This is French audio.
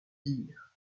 dire